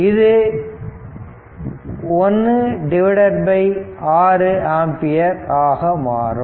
இது 16 ஆம்பியர் ஆக மாறும்